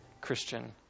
Christian